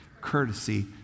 courtesy